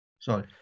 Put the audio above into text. Sorry